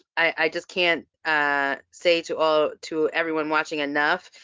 i just can't say to all, to everyone watching enough,